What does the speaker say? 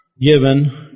given